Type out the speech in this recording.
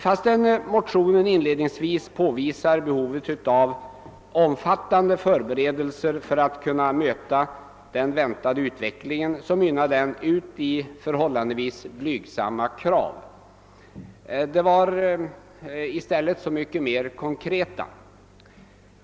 Fastän motionen inledningsvis påvisar behovet av omfattande förberedelser för att kunna möta den väntade utvecklingen mynnar den ut i förhållandevis blygsamma krav. De är i stället så mycket mer konkreta.